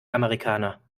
amerikaner